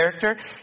character